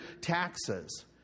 taxes